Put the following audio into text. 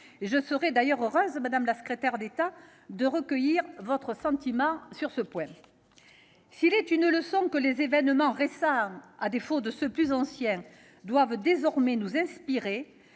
Je serais heureuse, madame la secrétaire d'État, de recueillir votre sentiment sur ce point. S'il est une leçon que les événements récents, à défaut de ceux qui sont plus anciens, doivent désormais nous inspirer,